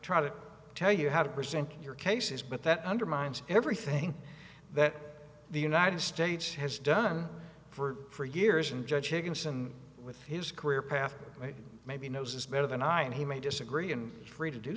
try to tell you how to present your cases but that undermines everything that the united states has done for years and judge higginson with his career path maybe knows this better than i and he may disagree and free